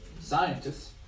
scientists